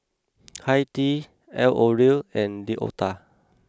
Hi Tea L'Oreal and D Oetker